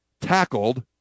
tackled